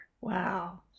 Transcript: Wow